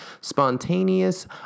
spontaneous